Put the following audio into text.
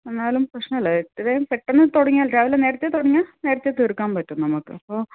എന്നാലും പ്രശ്നമില്ല എത്രയും പെട്ടെന്ന് തുടങ്ങിയാൽ രാവിലെ നേരത്തെ തുടങ്ങിയാൽ നേരത്തെ തീർക്കാൻ പറ്റും നമുക്ക് അപ്പോൾ